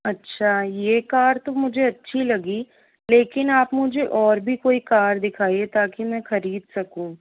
अच्छा ये कार मुझे अच्छी लगी लेकिन आप मुझे और भी कोई कार दिखाइये ताकि मैं खरीद सकूँ